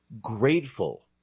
grateful